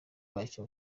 bwacyo